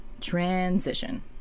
Transition